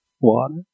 Water